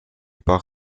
par